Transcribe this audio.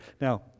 Now